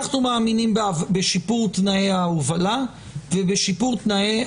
אנחנו מאמינים בשיפור תנאי ההובלה ובשיפור תנאי